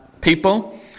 people